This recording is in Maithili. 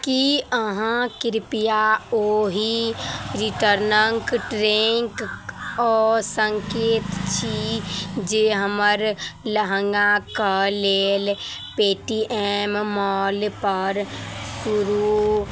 की अहाँ कृपया ओही रिटर्नक ट्रैक अऽ सकैत छी जे हमर लहङ्गा कऽ लेल पेटीएम मॉलपर शुरू